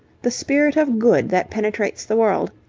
the spirit of good that penetrates the world,